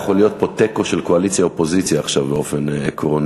היה יכול להיות פה תיקו של קואליציה אופוזיציה עכשיו באופן עקרוני.